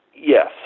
yes